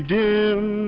dim